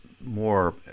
more